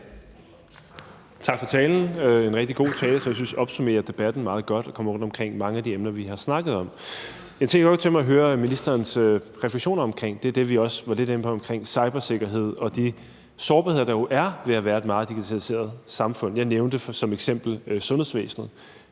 Tak for en rigtig god tale, som jeg synes opsummerer debatten meget godt og kommer rundt omkring mange af de emner, vi har snakket om. Jeg kunne godt tænkte mig at høre ministerens refleksioner om de ting, vi var inde på omkring cybersikkerhed og de sårbarheder, der jo er ved at være et meget digitaliseret samfund. Jeg nævnte som et eksempel sundhedsvæsenet,